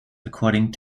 according